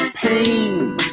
pain